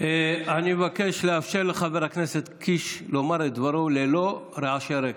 אני מבקש לאפשר לחבר הכנסת קיש לומר את דברו ללא רעשי רקע,